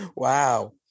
Wow